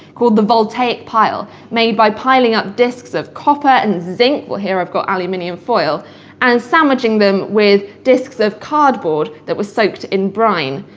called the voltaic pile, made by piling up discs of copper and zinc well, here i've got aluminium foil and sandwiching them with discs of cardboard that was soaked in brine.